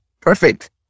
Perfect